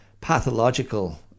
pathological